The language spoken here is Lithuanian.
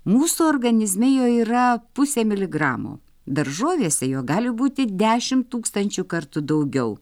mūsų organizme jo yra pusė miligramo daržovėse jo gali būti dešimt tūkstančių kartų daugiau